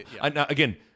Again